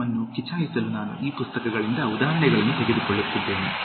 ನಿಮ್ಮನ್ನು ಕಿಚಯಿಸಲು ನಾನು ಈ ಪುಸ್ತಕಗಳಿಂದ ಉದಾಹರಣೆಗಳನ್ನು ತೆಗೆದುಕೊಳ್ಳುತ್ತಿದ್ದೇನೆ